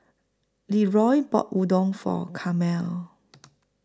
Leeroy bought Udon For Carmel